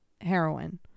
heroin